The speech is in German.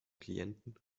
klienten